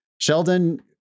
Sheldon